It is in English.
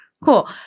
Cool